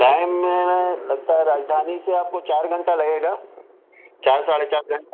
time لگتا ہے راجدھانی سے آپ کو چار گھنٹہ لگے گا چار ساڑھے چار گھنٹہ